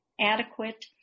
adequate